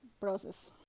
process